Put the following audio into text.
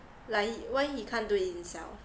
like he why he can't do it himself